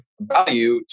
value